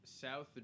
south